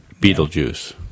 Beetlejuice